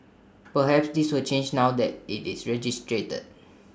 perhaps this will change now that IT is registered